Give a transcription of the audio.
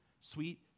sweet